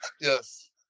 Yes